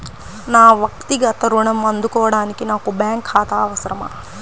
నా వక్తిగత ఋణం అందుకోడానికి నాకు బ్యాంక్ ఖాతా అవసరమా?